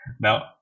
Now